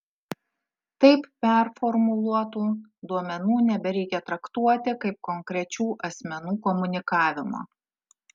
taip performuluotų duomenų nebereikia traktuoti kaip konkrečių asmenų komunikavimo